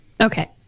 Okay